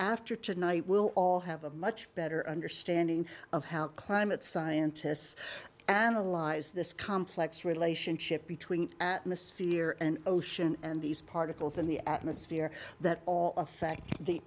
after tonight we'll all have a much better understanding of how climate scientists analyze this complex relationship between atmosphere and ocean and these particles in the atmosphere that all affect the